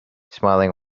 smiling